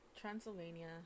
Transylvania